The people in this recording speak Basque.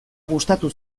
gustatu